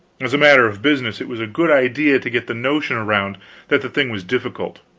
as a matter of business it was a good idea to get the notion around that the thing was difficult.